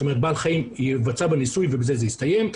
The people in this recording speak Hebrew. זאת אומרת בבעל חיים יתבצע ניסוי ובזה זה יסתיים.